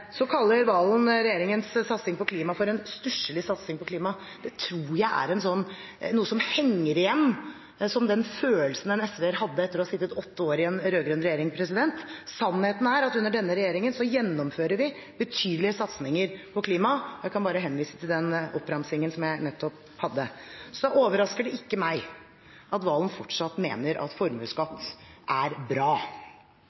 tror jeg er noe som henger igjen som den følelsen en SV-er hadde etter å ha sittet åtte år i en rød-grønn regjering. Sannheten er at under denne regjeringen gjennomfører vi betydelige satsinger på klima, og jeg kan bare henvise til den oppramsingen som jeg nettopp hadde. Så overrasker det ikke meg at Valen fortsatt mener at